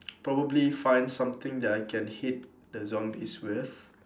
probably find something that I can hit the zombies with